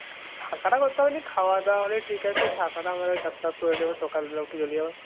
থাকাটা করতে হবে নি খাওয়া দাওয়া হলেই ঠিক আছে থাকাটা আমাদের করেনেবো সকালবেলা উঠে চলে যাব